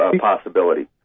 possibility